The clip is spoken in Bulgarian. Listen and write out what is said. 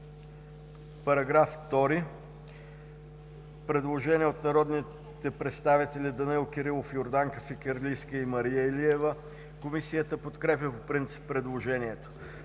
КИРИЛОВ: Предложение от народните представители Данаил Кирилов, Йорданка Фикирлийска и Мария Илиева. Комисията подкрепя по принцип предложението.